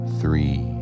three